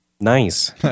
Nice